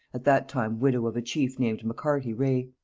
at that time widow of a chief named maccarty reagh.